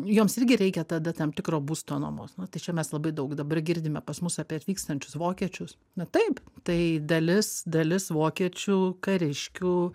joms irgi reikia tada tam tikro būsto nuomos nu tai čia mes labai daug dabar girdime pas mus apie atvykstančius vokiečius na taip tai dalis dalis vokiečių kariškių